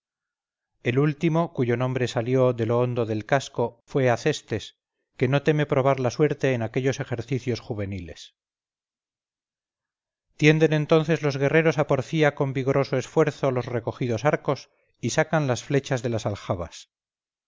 el último cuyo nombre salió de lo hondo del casco fue acestes que no teme probar la suerte en aquellos ejercicios juveniles tienden entonces los guerreros a porfía con vigoroso esfuerzo los recogidos arcos y sacan las flechas de las aljabas